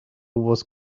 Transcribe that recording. was